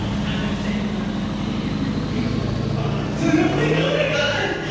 adam sandler, and henry winkler, the fonz. and i'm like, oh my god!